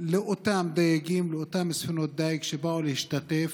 לאותם דייגים, לאותן ספינות דיג שבאו להשתתף,